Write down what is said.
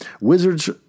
wizards